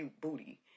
booty